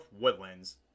Woodlands